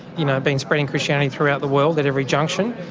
you know been spreading christianity throughout the world at every junction,